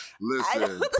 Listen